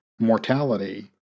mortality